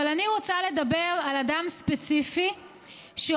אבל אני רוצה לדבר על אדם ספציפי שהופיע